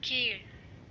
கீழ்